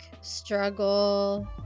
struggle